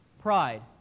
pride